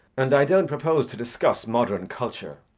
and i don't propose to discuss modern culture.